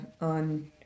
on